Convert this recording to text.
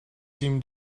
seem